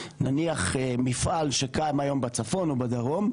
נניח מפעל שקם היום בצפון או בדרום,